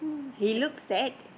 he looks sad